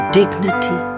dignity